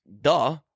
Duh